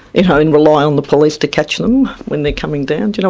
you know and rely on the police to catch them when they're coming down. you know